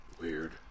Weird